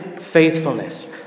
faithfulness